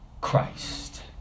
Christ